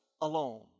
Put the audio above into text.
alone